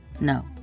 no